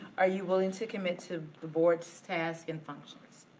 are you willing to commit to the board's tasks and functions?